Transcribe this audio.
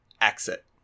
exit